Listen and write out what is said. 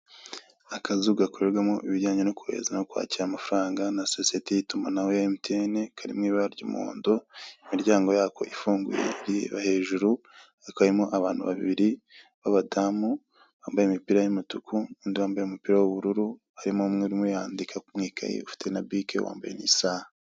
Akazu gakorerwamo ibijyanye no kohereza no kwakira amafaranga na sosiyete y'itumanaho ya emutiyeni, kari mu ibara ry'umuhondo, imiryango yako ifunguye ireba hejuru. Ikaba irimo abantu babiri b'abadamu bambaye imipira y'imituku, undi wambaye umupira w'ubururu. Harimo umwe urimo yandika mu ikayi, ufite na bike, wambaye nk'isaha.